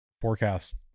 forecast